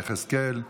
יחזקאל,